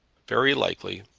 very likely.